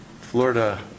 Florida